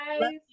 guys